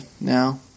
now